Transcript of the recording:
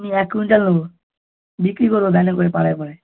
আমি এক কুইন্টাল নেবো বিক্রি করবো বান্ডেল করে পাড়ায় পাড়ায়